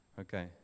okay